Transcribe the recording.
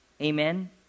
Amen